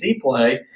play